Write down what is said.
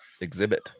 exhibit